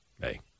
Hey